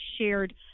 shared